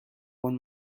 one